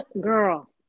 girl